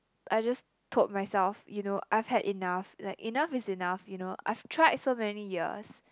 I just told myself you know I've had enough like enough is enough you know I've tried so many years